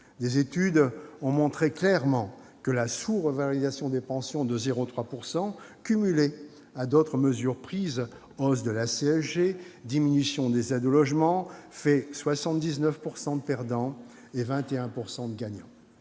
Des études ont clairement montré que la sous-revalorisation des pensions de 0,3 %, cumulée à d'autres mesures prises- hausse de la CSG, diminution des aides au logement ...-, entraîne 79 % de perdants et 21 % de gagnants.